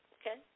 okay